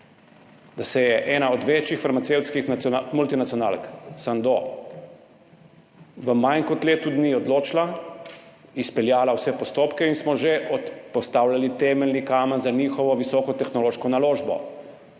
da se je ena od večjih farmacevtskih multinacionalk, Sandoz, v manj kot letu dni odločila, izpeljala vse postopke in smo že postavljali temeljni kamen za njihovo visoko tehnološko naložbo,